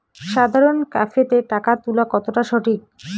সাধারণ ক্যাফেতে টাকা তুলা কতটা সঠিক?